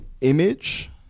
image